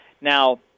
Now